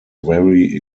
very